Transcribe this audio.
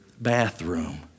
bathroom